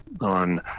on